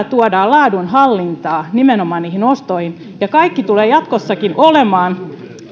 tuodaan laadunhallintaa nimenomaan niihin ostoihin ja kaikki tulee jatkossakin olemaan